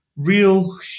Real